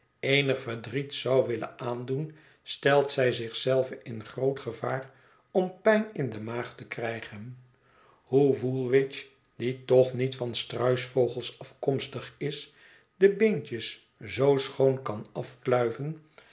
eenig verdriet zou willen aandoen stelt zij zich zelve in groot gevaar om pijn in de maag te krijgen hoe woolwich die toch niet van struisvogels afkomstig is de beentjes zoo schoon kan afkluiven